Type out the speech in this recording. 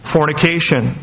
Fornication